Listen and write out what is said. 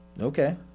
Okay